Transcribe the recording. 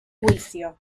juicio